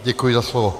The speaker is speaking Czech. Děkuji za slovo.